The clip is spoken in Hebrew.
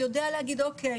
יודע להגיד אוקיי,